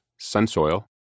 Sunsoil